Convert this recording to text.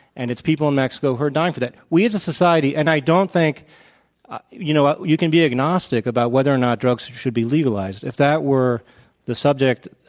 and it's people in mexico who are dying for that. we as a society, and i don't think you know you can be agnostic about whether or not drugs should be legalized, if that were the subject,